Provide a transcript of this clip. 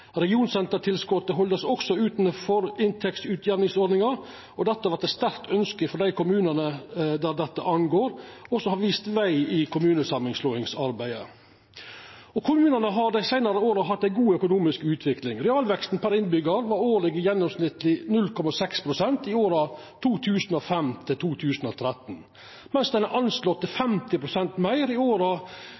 også halde utanfor inntektsutjamningsordninga. Dette var eit sterkt ønske frå dei kommunane dette gjeld, og som har vist veg i kommunesamanslåingsarbeidet. Kommunane har dei seinare åra hatt ei god økonomisk utvikling. Realveksten per innbyggjar var årleg gjennomsnittleg 0,6 pst. i åra 2005 til 2013, mens ein anslo 50 pst. meir i